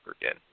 again